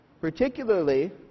Particularly